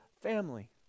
family